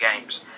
games